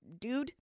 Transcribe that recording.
dude